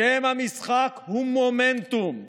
שם המשחק הוא מומנטום.